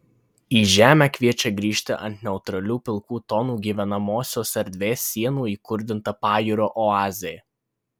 į žemę kviečia grįžti ant neutralių pilkų tonų gyvenamosios erdvės sienų įkurdinta pajūrio oazė